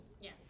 Yes